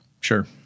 Sure